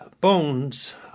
bones